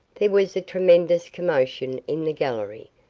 there was a tremendous commotion in the gallery.